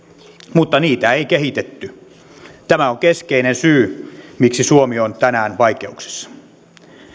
mutta niitä ei kehitetty tämä on keskeinen syy miksi suomi on tänään vaikeuksissa